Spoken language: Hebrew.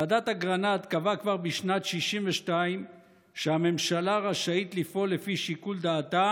ועדת אגרנט קבעה כבר בשנת 1962 שהממשלה רשאית לפעול לפי שיקול דעתה